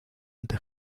ante